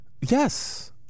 Yes